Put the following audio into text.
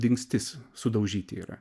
dingstis sudaužyti yra